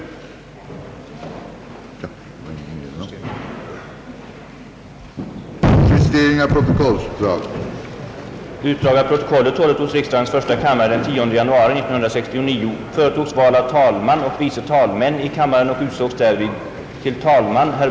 17.30. Vad jag nu sagt gäller dock icke remissdebatten. Under maj månad kommer arbetsplena att hållas även torsdagar. Sessionen beräknas pågå maj månad ut.